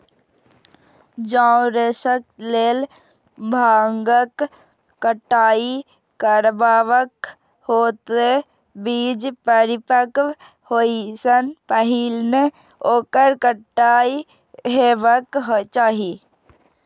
जौं रेशाक लेल भांगक कटाइ करबाक हो, ते बीज परिपक्व होइ सं पहिने ओकर कटाइ हेबाक चाही